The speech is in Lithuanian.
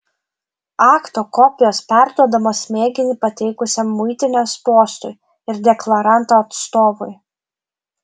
akto kopijos perduodamos mėginį pateikusiam muitinės postui ir deklaranto atstovui